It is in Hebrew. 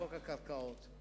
חוק הקרקעות.